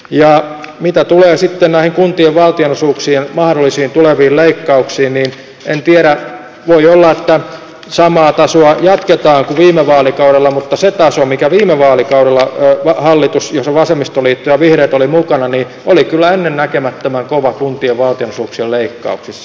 ja mitä tulee sitten näihin kuntien valtionosuuksien mahdollisiin tuleviin leikkauksiin niin en tiedä voi olla että samaa tasoa jatketaan kuin viime vaalikaudella mutta se taso mikä viime vaalikaudella oli hallituksella jossa vasemmistoliitto ja vihreät olivat mukana oli kyllä ennennäkemättömän kova kuntien valtionosuuksien leikkauksissa